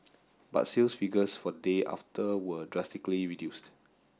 but sales figures for the day after were drastically reduced